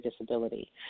disability